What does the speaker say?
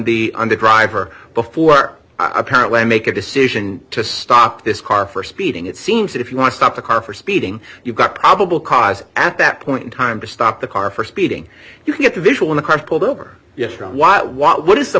the on the driver before i apparently make a decision to stop this car for speeding it seems that if you want to stop the car for speeding you've got probable cause at that point in time to stop the car for speeding you can get the visual in a car pulled over